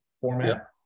format